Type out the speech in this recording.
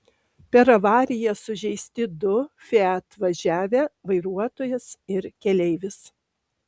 per avariją sužeisti du fiat važiavę vairuotojas ir keleivis